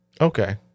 Okay